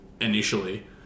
initially